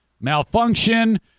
malfunction